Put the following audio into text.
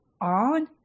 on